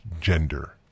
gender